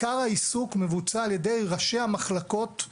עיקר העיסוק מבוצע על-ידי ראשי המחלקות באמ"ן,